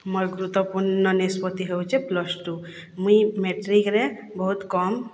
ମୋର ଗୁରୁତ୍ଵପୂର୍ଣ୍ଣ ନିଷ୍ପତ୍ତି ହେଉଛେ ପ୍ଲସ୍ ଟୁ ମୁଇଁ ମେଟ୍ରିକ୍ରେ ବହୁତ୍ କମ୍